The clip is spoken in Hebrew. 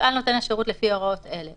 יפעל נותן השירות לפי הוראות אלה: